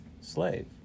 slave